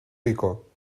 rico